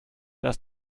das